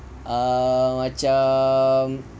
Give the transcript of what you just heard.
ah macam